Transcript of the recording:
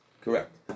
Correct